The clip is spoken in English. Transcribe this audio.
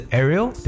Aerial